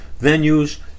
venues